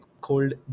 cold